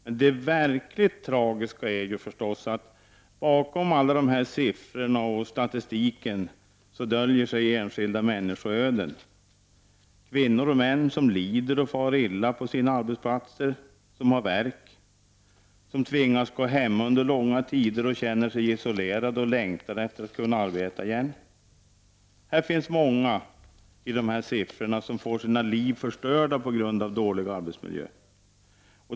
Men det verkligt tragiska är förstås att bakom siffror och statistik döljer sig enskilda människoöden. Det är kvinnor och män som lider och far illa på sina arbetsplatser, som har värk och som tvingas gå hemma under långa tider, som känner sig isolerade och längtar efter att kunna arbeta igen. Här finns många bakom dessa siffror som får sina liv förstörda på grund av dålig arbetsmiljö.